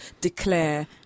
declare